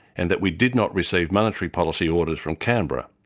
and that we did not receive monetary policy orders from canberra.